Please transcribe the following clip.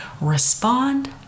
respond